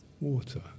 water